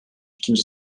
ikinci